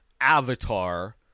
avatar